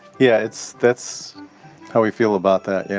yeah, that's that's how we feel about that, yeah.